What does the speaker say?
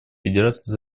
федерации